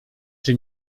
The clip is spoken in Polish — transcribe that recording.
czy